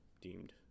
deemed